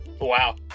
Wow